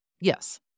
Yes